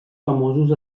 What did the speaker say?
famosos